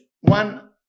one